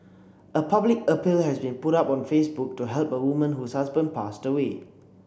a public appeal has been put up on Facebook to help a woman whose husband passed away